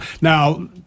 Now